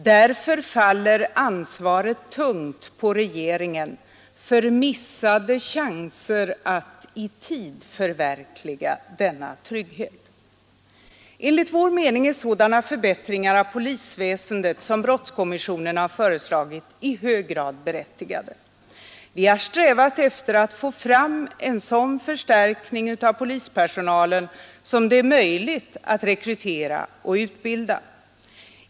Därför faller ansvaret tungt på regeringen för missade chanser att i tid förverkliga denna trygghet. Enligt vår mening är sådana förbättringar av polisväsendet som brottskommissionen har föreslagit i hög grad berättigade. Vi har strävat efter att få fram en sådan förstärkning av polispersonalen som det är möjligt att rekrytera och utbilda.